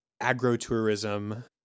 agro-tourism